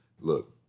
look